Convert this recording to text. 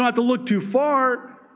um to look too far.